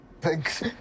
Thanks